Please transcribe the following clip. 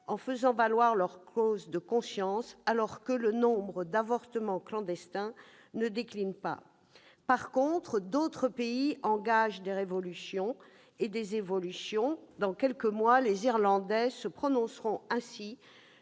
faisant valoir leur clause de conscience, alors que le nombre d'avortements clandestins ne décline pas. En revanche, d'autres pays engagent des évolutions. Dans quelques mois, les Irlandais se prononceront ainsi